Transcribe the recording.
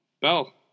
Bell